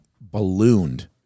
ballooned